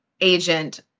agent